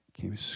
came